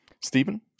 Stephen